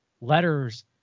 letters